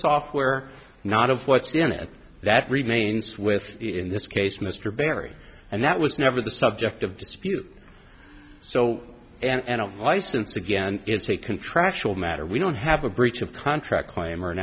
software not of what's in it that remains with in this case mr barry and that was never the subject of dispute so and a license again is a contractual matter we don't have a breach of contract claim or an